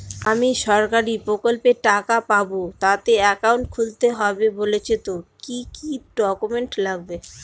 আমি সরকারি প্রকল্পের টাকা পাবো তাতে একাউন্ট খুলতে হবে বলছে তো কি কী ডকুমেন্ট লাগবে?